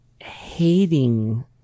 hating